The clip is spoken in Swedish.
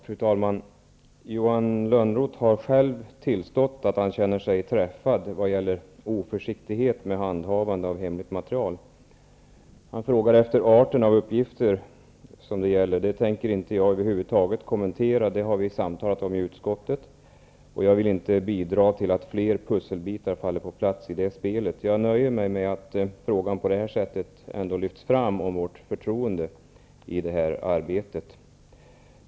Fru talman! Johan Lönnroth har själv tillstått att han känner sig träffad av att jag talat om oförsiktighet med handhavande av hemligt material. Han frågar efter arten av uppgifter som det gäller, men det tänker jag över huvud taget inte kommentera. Det har vi samtalat om i utskottet, och jag vill inte bidra till att fler bitar faller på plats i det pusslet. Jag nöjer mig med att frågan om förtroendet för utskottets granskningsarbete på det här sättet ändå har lyfts fram.